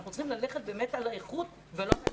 אנחנו צריכים ללכת על האיכות ולא על הכמות.